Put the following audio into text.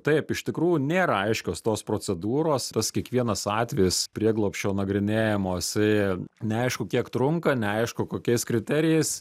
taip iš tikrų nėra aiškios tos procedūros tas kiekvienas atvejis prieglobsčio nagrinėjamo jisai neaišku kiek trunka neaišku kokiais kriterijais